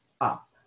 up